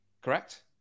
correct